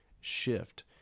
shift